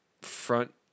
front